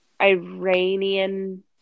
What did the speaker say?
iranian